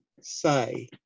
say